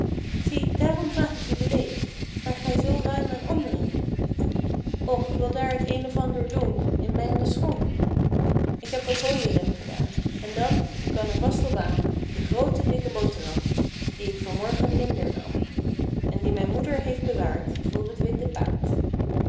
zie daarom vraag ik u beleefd waar gij zoo ruim aan and'ren geeft och wil daar t een of ander doen in mijnen schoen ik heb wat hooi er in gedaan en dan u kan er vast op aan de groote dikke boterham die ik van morgen minder nam en die mijn moeder heeft bewaard voor t witte paard